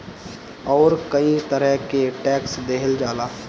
अउरी कई तरह के टेक्स देहल जाला